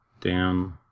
Down